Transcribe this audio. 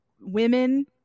women